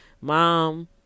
Mom